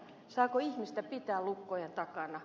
saako ihmistä pitää lukkojen takana